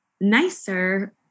nicer